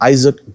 Isaac